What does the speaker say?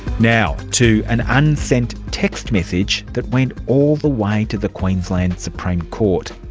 now to an unsent text message that went all the way to the queensland supreme court.